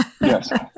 Yes